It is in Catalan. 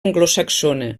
anglosaxona